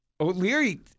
o'leary